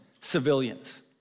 civilians